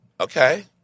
Okay